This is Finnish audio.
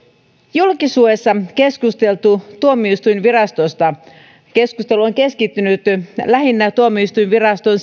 julkisuudessa keskustelu tuomioistuinvirastosta on keskittynyt lähinnä tuomioistuinviraston